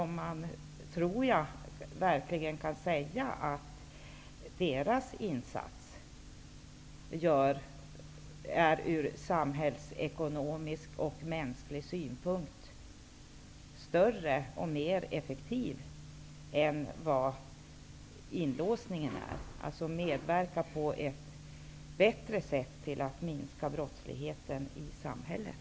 Man kan verkligen säga att en övervakares insats ur samhällsekonomisk och mänsklig synpunkt är större och mer effektiv än vad inlåsningen är och på ett bättre sätt bidrar till att minska brottsligheten i samhället.